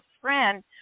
friend